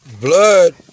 blood